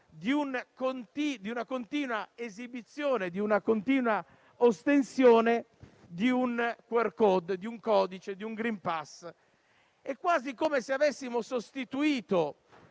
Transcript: di una continua esibizione, di una continua ostensione, di un QR *code*, di un codice, di un *green pass*. È quasi come se avessimo sostituito